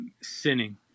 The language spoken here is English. sinning